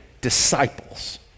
disciples